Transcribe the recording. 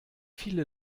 viele